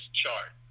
chart